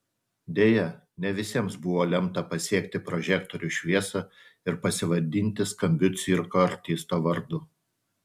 deja ne visiems buvo lemta pasiekti prožektorių šviesą ir pasivadinti skambiu cirko artisto vardu